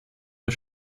der